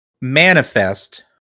manifest